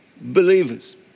Believers